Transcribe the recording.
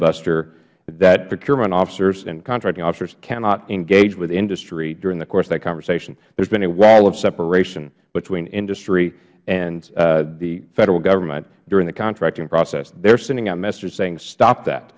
buster that procurement officers and contracting officers cannot engage with industry during the course of that conversation there has been a wall of separation between industry and the federal government during the contracting process they are sending out messages saying stop that